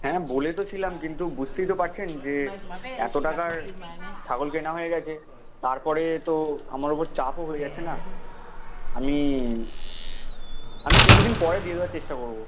হ্যাঁ বলে তো ছিলাম কিন্তু বুঝতেই তো পারছেন যে এত টাকার ছাগল কেনা হয়ে গেছে তারপরে তো আমার ওপর চাপও হয়ে যাচ্ছে না আমি আমি কিছু দিন পরে দিয়ে দেওয়ার চেষ্টা করব